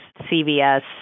CVS